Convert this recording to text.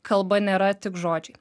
kalba nėra tik žodžiai